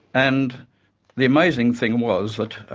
and the amazing thing was that